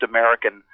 American